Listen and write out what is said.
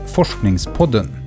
Forskningspodden